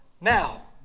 now